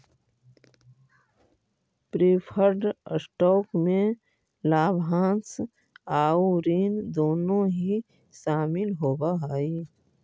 preferred stock में लाभांश आउ ऋण दोनों ही शामिल होवऽ हई